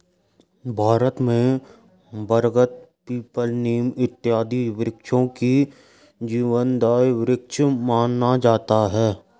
भारत में बरगद पीपल नीम इत्यादि वृक्षों को जीवनदायी वृक्ष माना जाता है